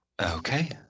Okay